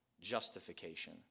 justification